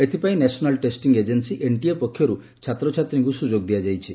ଏଥପାଇଁ national testing agency NTA ପକ୍ଷରୁ ଛାତ୍ରଛାତ୍ରୀଙ୍କୁ ସୁଯୋଗ ଦିଆଯାଇଛି